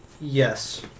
Yes